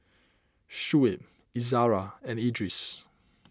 Shuib Izara and Idris